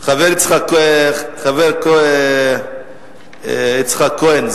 חבר הכנסת יצחק כהן,